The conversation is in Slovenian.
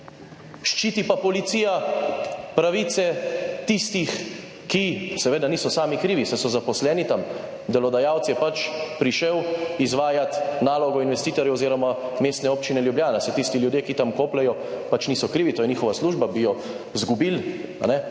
ščiti pa policija pravice tistih, ki seveda niso sami krivi, saj so zaposleni tam, delodajalec je pač prišel izvajat nalogo investitorjev oziroma Mestne občine Ljubljana, saj tisti ljudje, ki tam kopljejo, pač niso krivi, to je njihova služba, bi jo izgubili, kajne,